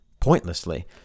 pointlessly